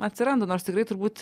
atsiranda nors tikrai turbūt